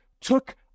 took